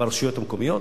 ברשויות המקומיות,